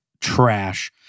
trash